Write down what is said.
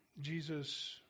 Jesus